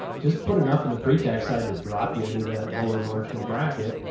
just put enough in the pretax side to drop you into that lower marginal bracket.